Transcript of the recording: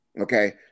okay